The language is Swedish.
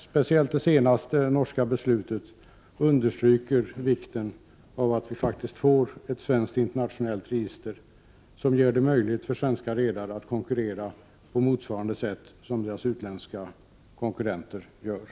Speciellt det senaste norska beslutet understryker vikten av att vi får ett svenskt internationellt register, som gör det möjligt för svenska redare att konkurrera på villkor motsvarande deras utländska konkurrenters.